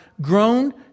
Grown